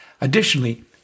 Additionally